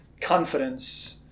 confidence—